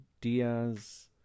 Diaz